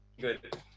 good